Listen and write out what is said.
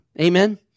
Amen